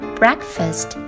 breakfast